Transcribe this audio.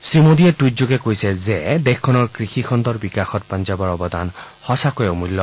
শ্ৰীমোডীয়ে টুইটযোগে কৈছে যে দেশৰ কৃষিখণ্ডৰ বিকাশত পঞ্জাৱৰ অৱদান সঁচাকৈয়ে অমূল্য